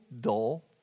dull